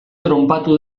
tronpatu